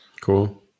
Cool